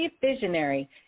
visionary